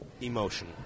emotion